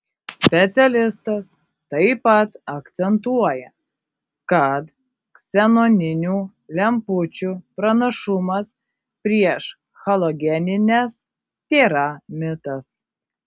specialistas taip pat akcentuoja kad ksenoninių lempučių pranašumas prieš halogenines tėra mitas